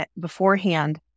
beforehand